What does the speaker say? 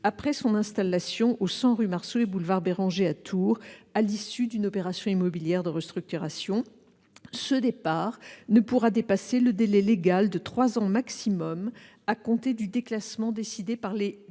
après son installation au 100, rue Marceau et boulevard Béranger à Tours à l'issue d'une opération immobilière de restructuration. Ce départ ne pourra dépasser le délai légal de trois ans maximum à compter du déclassement décidé par les